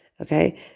okay